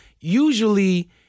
usually